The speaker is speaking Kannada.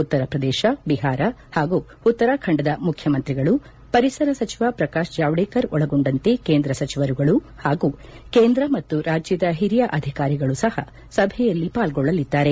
ಉತ್ತರಪ್ರದೇಶ ಬಿಹಾರ ಹಾಗೂ ಉತ್ತರಾಖಂಡದ ಮುಖ್ಯಮಂತ್ರಿಗಳು ಪರಿಸರ ಸಚಿವ ಪ್ರಕಾಶ್ ಜಾವಡೇಕರ್ ಒಳಗೊಂಡಂತೆ ಕೇಂದ್ರ ಸಚಿವರುಗಳು ಹಾಗೂ ಕೇಂದ್ರ ಮತ್ತು ರಾಜ್ಯದ ಹಿರಿಯ ಅಧಿಕಾರಿಗಳು ಸಹ ಸಭೆಯಲ್ಲಿ ಪಾಲ್ಗೊಳ್ಳಲಿದ್ದಾರೆ